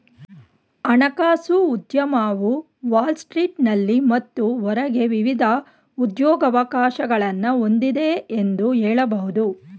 ಹಣಕಾಸು ಉದ್ಯಮವು ವಾಲ್ ಸ್ಟ್ರೀಟ್ನಲ್ಲಿ ಮತ್ತು ಹೊರಗೆ ವಿವಿಧ ಉದ್ಯೋಗವಕಾಶಗಳನ್ನ ಹೊಂದಿದೆ ಎಂದು ಹೇಳಬಹುದು